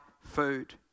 food